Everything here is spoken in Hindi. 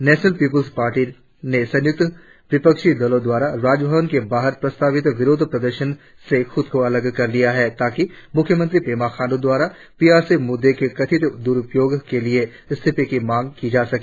नेशनल पीपुल्स पार्टी ने संयुक्त विपक्षी दलों द्वारा राजभवन के बाहर प्रस्तावित विरोध प्रदर्शन से खुद को अलग कर लिया है ताकि मुख्यमंत्री पेमा खाण्डू के पी आर सी मुद्दे के कथित द्रुपयोग के लिए इस्तीफे की मांग की जा सके